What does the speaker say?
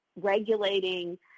regulating